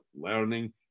learning